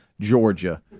Georgia